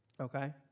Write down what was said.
okay